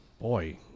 Boy